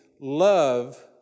love